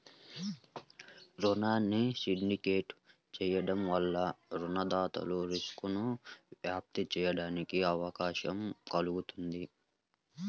రుణాన్ని సిండికేట్ చేయడం వలన రుణదాతలు రిస్క్ను వ్యాప్తి చేయడానికి అవకాశం కల్గుతుంది